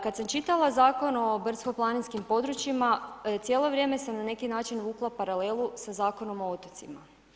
Kad sam čitala Zakon o brdsko-planinskim područjima, cijelo vrijeme sam na neki način vukla paralelu sa Zakonom o otocima.